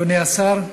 אדוני השר,